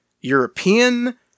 European